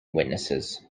witnesses